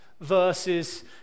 verses